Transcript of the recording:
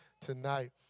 tonight